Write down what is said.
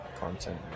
content